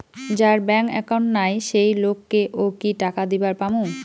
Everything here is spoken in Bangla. যার ব্যাংক একাউন্ট নাই সেই লোক কে ও কি টাকা দিবার পামু?